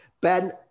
Ben